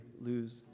lose